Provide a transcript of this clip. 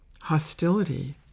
hostility